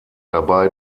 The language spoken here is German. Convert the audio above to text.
dabei